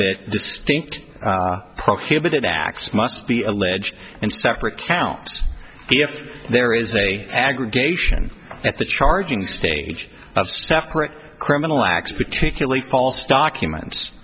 that distinct prohibited acts must be alleged and separate counts if there is a aggregation at the charging stage separate criminal acts particularly false documents